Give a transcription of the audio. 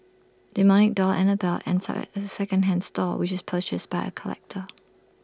demonic doll Annabelle ends up at A second hand store where IT is purchased by A collector